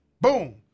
Boom